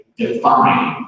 define